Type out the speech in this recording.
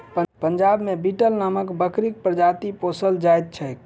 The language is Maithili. पंजाब मे बीटल नामक बकरीक प्रजाति पोसल जाइत छैक